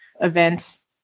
events